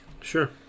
Sure